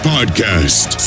Podcast